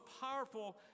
powerful